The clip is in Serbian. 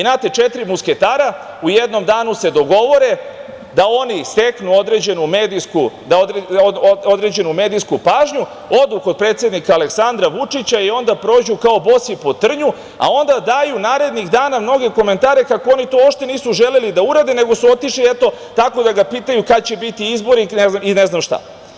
Znate, četiri musketara, u jednom danu se dogovore da oni steknu određenu medijsku pažnju, odu kod predsednika Aleksandra Vučića, i onda prođu kao bosi po trnju, a onda daju narednih dana mnoge komentare kako oni to uopšte nisu želeli da urade, nego su otišli tako, eto, da ga pitaju kada će biti izbori i ne znam šta.